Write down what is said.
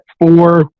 four